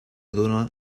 dóna